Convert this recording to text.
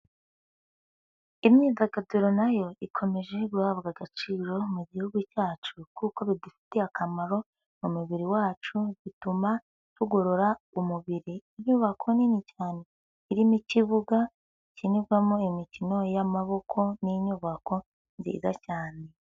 Imyidagaduro na yo ikomeje guhabwa agaciro mu gihugu cyacu, kuko bidufitiye akamaro, mu mubiri wacu bituma tugorora umubiri. Inyubako nini cyane, irimo ikibuga gikinirwamo imikino y'amaboko, ni inyubako nziza cyane.